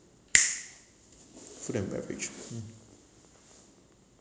food and beverage mm